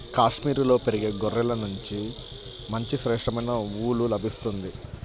కాశ్మీరులో పెరిగే గొర్రెల నుంచి మంచి శ్రేష్టమైన ఊలు లభిస్తుంది